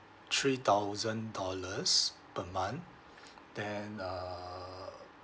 three thousand dollars per month then err